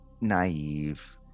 naive